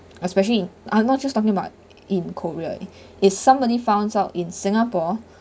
especially in I'm not just talking about in korea if somebody found out in singapore